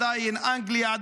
אנגליה,